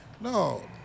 No